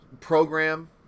program